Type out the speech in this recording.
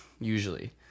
usually